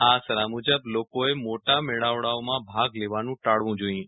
આ સલાહ મુજબ લોકોએ મોટા મેળાવડાઓમાં ભાગ લેવાનું ટાળવું જોઈએ